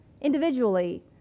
individually